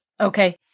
Okay